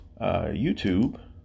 YouTube